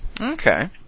Okay